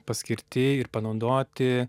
paskirti ir panaudoti